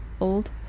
old